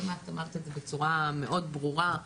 גם את אמרת את זה בצורה מאוד ברורה,